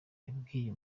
yabwiye